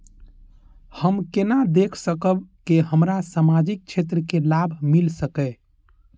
हम केना देख सकब के हमरा सामाजिक क्षेत्र के लाभ मिल सकैये?